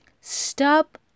stop